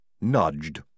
nudged